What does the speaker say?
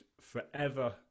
forever